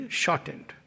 shortened